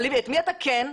את מי אתה כן?